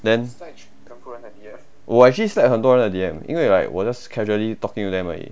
then oh I actually slide 很多人的 D_M 因为 like 我 just casually talking to them 而已